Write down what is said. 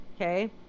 okay